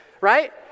Right